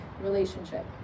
relationship